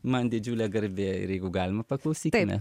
man didžiulė garbė ir jeigu galima paklausykime